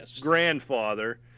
grandfather